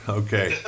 okay